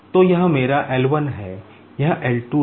तो यह मेरा L 1 है यह L 2 है